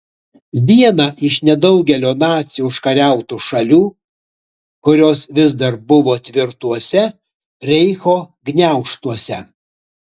vieną iš nedaugelio nacių užkariautų šalių kurios vis dar buvo tvirtuose reicho gniaužtuose